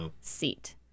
seat